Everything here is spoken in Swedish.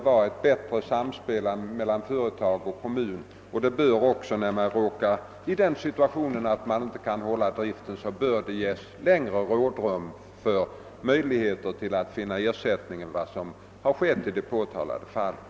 Det bör vara ett bättre samspel mellan företag och kommun, och det bör också, när företaget råkar i den situationen att man inte kan fortsätta driften, ges längre rådrum att finna en ersättningsindustri än vad som har skett i det påtalade fallet.